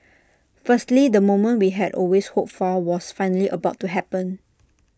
firstly the moment we had always hoped for was finally about to happen